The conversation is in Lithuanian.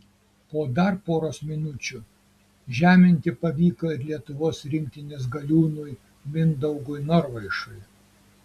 po dar poros minučių žeminti pavyko ir lietuvos rinktinės galiūnui mindaugui norvaišui